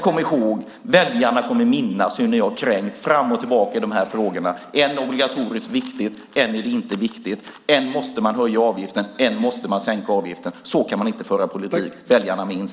Kom ihåg att väljarna kommer att minnas hur ni har krängt fram och tillbaka i frågorna. Än är ett obligatorium viktigt, än är det inte viktigt. Än måste man höja avgiften, än måste man sänka avgiften. Så kan man inte föra en politik. Väljarna minns.